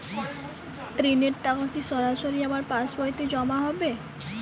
ঋণের টাকা কি সরাসরি আমার পাসবইতে জমা হবে?